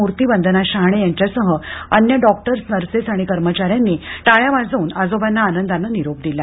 मूर्ती वंदना शहाणे यांच्यासह अन्य डॉक्टर्स नर्सेस आणि कर्मचाऱ्यांनी टाळ्या वाजवून आजोबांना आनंदाने निरोप दिला